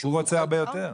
כשהוא רוצה הרבה יותר?